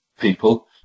people